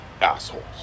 assholes